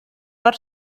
per